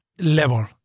level